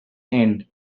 end